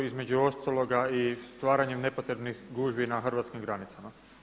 Između ostaloga i stvaranje nepotrebnih gužvi na hrvatskim granicama.